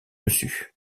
dessus